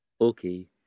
Okay